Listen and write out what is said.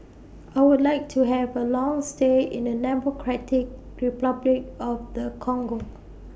I Would like to Have A Long stay in The Democratic Republic of The Congo